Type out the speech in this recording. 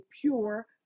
pure